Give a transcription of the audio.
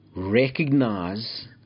Recognize